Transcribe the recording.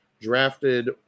drafted